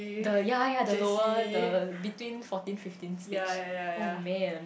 the ya ya the lower the between fourteen fifteen stage oh man